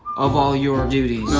of all your duties.